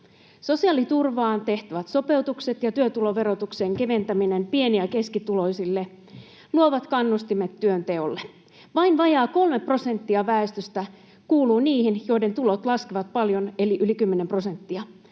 Sosiaaliturvaan tehtävät sopeutukset ja työtuloverotuksen keventäminen pieni- ja keskituloisille luovat kannustimet työnteolle. Vain vajaa kolme prosenttia väestöstä kuuluu niihin, joiden tulot laskevat paljon eli yli 10 prosenttia.